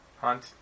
hunt